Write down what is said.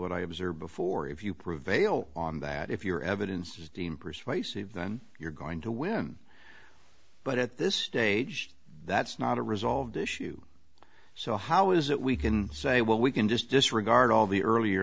what i observed before if you prove bail on that if your evidence is deemed persuasive then you're going to win him but at this stage that's not a resolved issue so how is it we can say well we can just disregard all the earlier